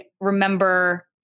remember